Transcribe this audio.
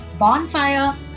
Bonfire